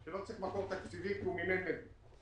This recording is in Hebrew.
שלא צריך מקור תקציבי כי הוא מימן את זה.